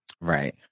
Right